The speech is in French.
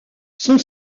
son